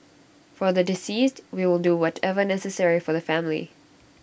for the deceased we will do whatever necessary for the family